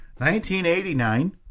1989